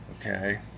okay